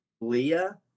Leah